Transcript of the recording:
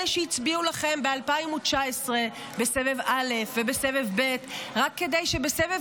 אלה שהצביעו לכם ב-2019 בסבב א' ובסבב ב' רק כדי שבסבב